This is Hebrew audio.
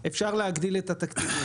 ואפשר להגדיל את התקציב.